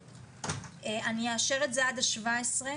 אני אאשר את זה עד ה-17,